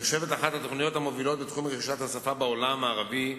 הנחשבת לאחת התוכניות המובילות בתחום רכישת השפה בעולם הערבי.